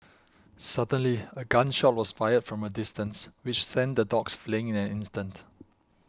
suddenly a gun shot was fired from a distance which sent the dogs fleeing in an instant